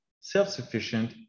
self-sufficient